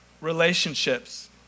relationships